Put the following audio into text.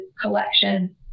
collection